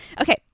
okay